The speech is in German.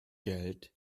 geld